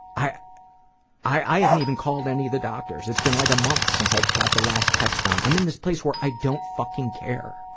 i i haven't even called any of the doctors. it's been like a month since i got the last test done. i'm in this place where i don't fucking care.